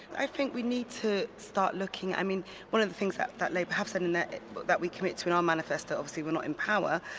i think we need to start looking, i mean one of the things that that labour have said and that that we committed to in our manifesto, obviously we're not in power,